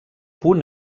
punt